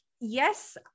yes